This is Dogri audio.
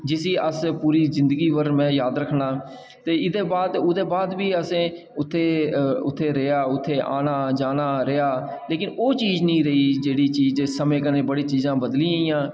जिसी अस पूरी जिंदगी भर में याद रक्खना ते इदै बाद बी ओह्दे बाद बी असें उत्थें उत्थें रेहा उत्थें आना जाना रेहा लेकिन ओह् चीज़ निं रेही जेह्ड़ी चीज समें कन्नै बड़ी चीजां बदली गेदियां